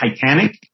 Titanic